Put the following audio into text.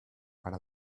para